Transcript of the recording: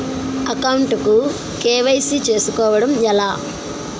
Account కు KYC చేసుకోవడం ఎలా?